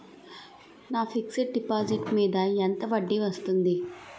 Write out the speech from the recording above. నా fixed deposit మీద ఎంత వడ్డీ వస్తుంది?